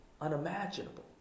unimaginable